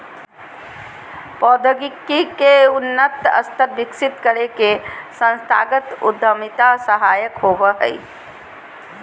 प्रौद्योगिकी के उन्नत स्तर विकसित करे में संस्थागत उद्यमिता सहायक होबो हय